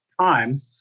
time